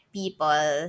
people